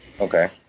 Okay